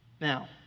Now